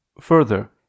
Further